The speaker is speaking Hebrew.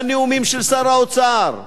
בנאומים של שר האוצר.